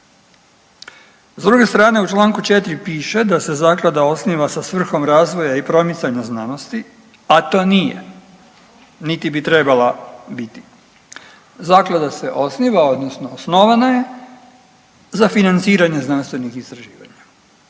S druge strane u članku 4. piše da se zaklada osniva sa svrhom razvoja i promicanja znanosti, a to nije niti bi trebala biti. Zaklada se osniva, odnosno osnovana je za financiranje znanstvenih istraživanja.